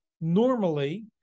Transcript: Normally